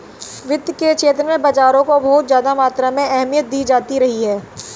वित्त के क्षेत्र में बाजारों को बहुत ज्यादा मात्रा में अहमियत दी जाती रही है